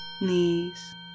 knees